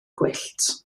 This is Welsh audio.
gwyllt